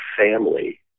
family